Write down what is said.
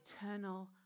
eternal